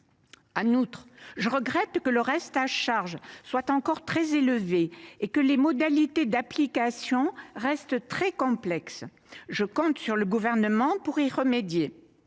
En outre, je regrette que le reste à charge soit encore très élevé et que les modalités d’application restent très complexes. Je compte sur le Gouvernement pour remédier